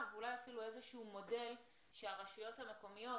ואולי אפילו איזה שהוא מודל שהרשויות המקומיות,